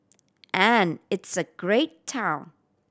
and it's a great town